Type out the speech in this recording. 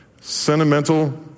sentimental